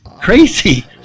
crazy